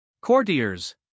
Courtiers